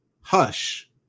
Hush